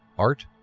art,